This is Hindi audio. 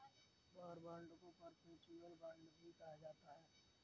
वॉर बांड को परपेचुअल बांड भी कहा जाता है